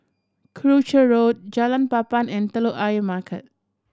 Croucher Road Jalan Papan and Telok Ayer Market